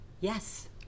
Yes